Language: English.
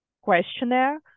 questionnaire